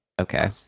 Okay